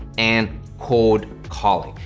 and cold calling.